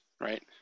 Right